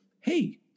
hey